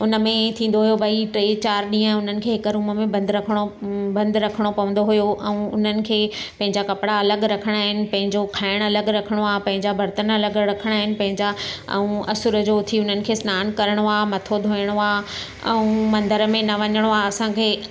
उनमें थींदो हुओ भई त टे चारि ॾींहं खे हिक रूम में बंदि रखिणो बंदि रखिणो पवंदो हुओ ऐं उन्हनि खे पंहिंजा कपिड़ा अलॻि रखिणा आहिनि पंहिंजो खाइण अलॻि रखिणो आहे पंहिंजा बरतन अलॻि रखिणा आहिनि पंहिंजा ऐं असुर जो उथी उन्हनि खे सनानु करिणो आहे मथो धोइणो आहे ऐं मंदर में न वञिणो आहे असांखे